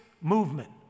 movement